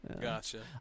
Gotcha